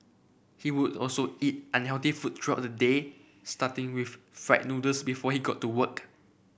he would also eat unhealthy food throughout the day starting with fried noodles before he got to work